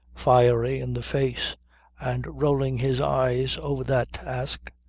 fiery in the face and rolling his eyes over that task,